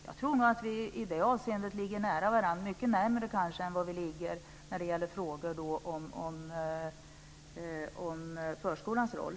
Jag tror nog att vi i det avseendet ligger nära varandra, kanske mycket närmare än när det gäller frågor om förskolans roll.